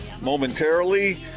momentarily